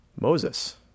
Moses